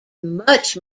much